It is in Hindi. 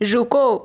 रुको